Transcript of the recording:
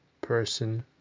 person